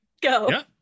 go